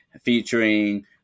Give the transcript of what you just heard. featuring